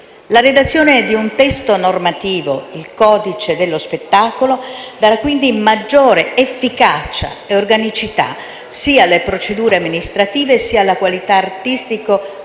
La redazione di un testo normativo, il codice dello spettacolo, darà quindi maggiore efficacia e organicità sia alle procedure amministrative, sia alla qualità artistico-culturale